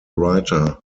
writer